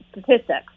statistics